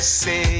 say